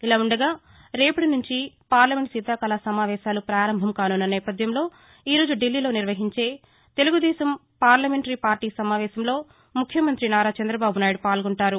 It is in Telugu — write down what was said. ఇదిలా ఉండగారేపటి నుంచి పార్లముంట్ శీతాకాల సమావేశాలు పారంభం కానున్న నేపథ్యంలో ఈరోజు ఢిల్లీలో నిర్వహించే తెలుగుదేశం పార్లమెంటరీ పార్టీ సమావేశంలో ముఖ్యమంతి నారా చంద్రబాబునాయుడు పాల్గొంటారు